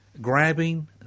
grabbing